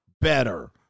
better